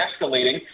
escalating